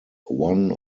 one